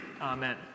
Amen